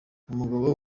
umugabo